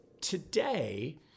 Today